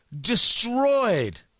destroyed